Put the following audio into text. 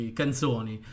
canzoni